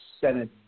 Senate